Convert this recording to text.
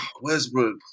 Westbrook